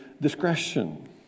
discretion